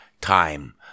time